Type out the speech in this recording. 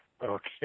Okay